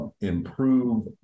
improve